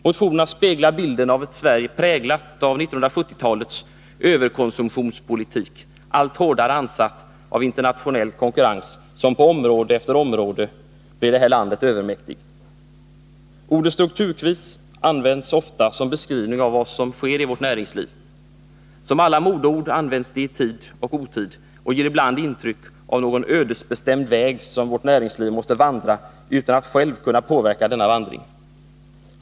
Motionerna speglar bilden av ett Sverige, präglat av 1970-talets överkonsumtionspolitik och allt hårdare ansatt av internationell konkurrens, som på område efter område blir vårt land övermäktig. Ordet strukturkris används ofta som beskrivning av vad som sker i vårt näringsliv. Som alla modeord används det i tid och otid och ger ibland intryck av någon ödesbestämd väg som vårt näringsliv måste vandra utan att självt kunna påverka denna vandring.